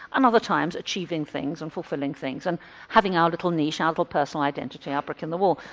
and other times achieving things and fulfilling things and having our little niche, our little personal identity, our brick in the wall.